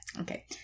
Okay